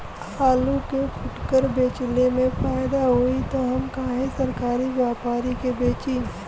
आलू के फूटकर बेंचले मे फैदा होई त हम काहे सरकारी व्यपरी के बेंचि?